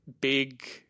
big